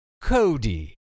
Cody